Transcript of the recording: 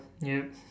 ya